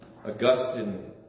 Augustine